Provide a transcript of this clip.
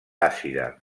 àcida